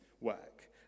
work